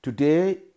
Today